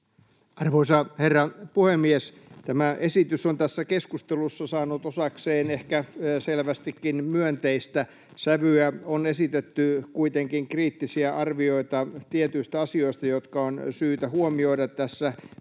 Arvoisa herra puhemies! Tämä esitys on tässä keskustelussa saanut osakseen ehkä selvästikin myönteistä sävyä. On esitetty kuitenkin kriittisiä arvioita tietyistä asioista, jotka on syytä huomioida — tässä viittaan